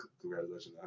congratulations